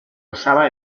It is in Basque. osaba